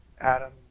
Adam